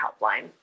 helpline